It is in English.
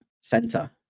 center